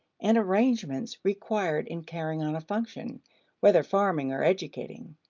and arrangements required in carrying on a function whether farming or educating.